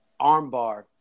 armbar